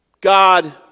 God